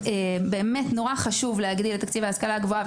באמת חשוב נורא להגדיל את תקציב ההשכלה הגבוהה.